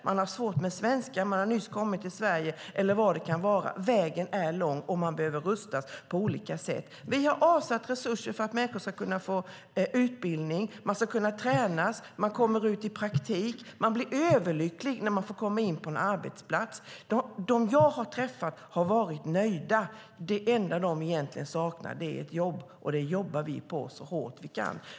De har svårt med svenskan, har nyss kommit till Sverige eller vad det kan vara. Vägen är lång, och de behöver rustas på olika sätt. Vi har avsatt resurser för att människor ska kunna få utbildning. De ska kunna tränas. De kommer ut i praktik. De blir överlyckliga när de får komma in på en arbetsplats. De jag har träffat har varit nöjda. Det enda de egentligen saknar är ett jobb, och det jobbar vi på så hårt vi kan.